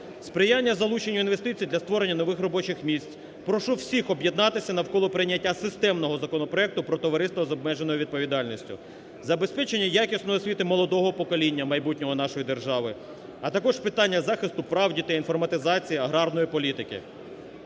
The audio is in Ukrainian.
сприяння залученню інвестицій для створення нових робочих місць (прошу всіх об'єднатися навколо прийняття системного законопроекту про товариства з обмеженою відповідальністю); забезпечення якісної освіти молодого покоління – майбутнього нашої держави, а також питання захисту прав дітей; інформатизація аграрної політики.